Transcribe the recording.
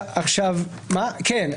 כן.